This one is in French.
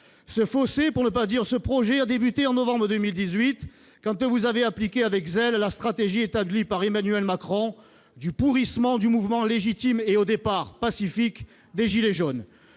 Ce fossé, pour ne pas dire ce projet, a débuté en novembre 2018, quand vous avez appliqué avec zèle la stratégie établie par Emmanuel Macron du pourrissement du mouvement légitime, et au départ pacifique, des « gilets jaunes